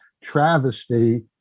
travesty